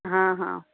हा हा